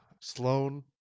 Sloane